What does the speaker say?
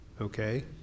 Okay